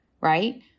right